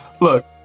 look